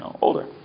older